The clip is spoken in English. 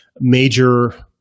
major